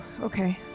Okay